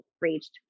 reached